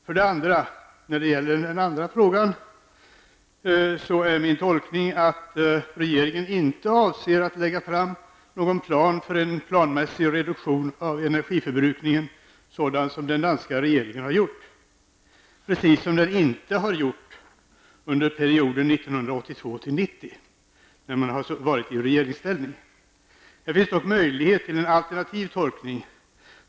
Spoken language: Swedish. För det andra -- när det gäller den andra frågan -- är min tolkning att regeringen inte avser att lägga fram någon plan för en planmässig reduktion av energiförbrukningen, sådan som den danska regeringen har gjort och precis som den svenska regeringen inte har gjort under perioden 1982-- Här finns dock möjlighet till en alternativ tolkning.